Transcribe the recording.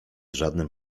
żadnym